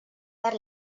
per